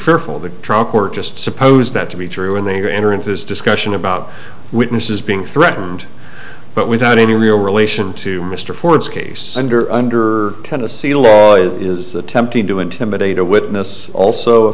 fearful of the truck or just suppose that to be true and they are enter into this discussion about witnesses being threatened but without any real relation to mr ford's case under under tennessee law it is attempting to intimidate a witness also a